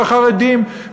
והחרדים,